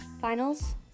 finals